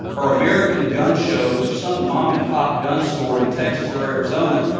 are american gun shows or some mom-and-pop gun store in texas or arizona,